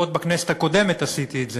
עוד בכנסת הקודמת עשיתי את זה,